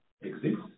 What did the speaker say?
exists